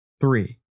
Three